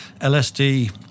LSD